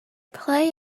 play